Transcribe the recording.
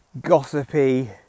gossipy